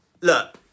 look